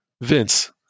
vince